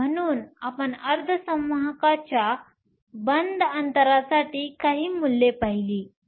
म्हणून आपण अर्धसंवाहकच्या बंध अंतरसाठी काही मूल्ये पाहिली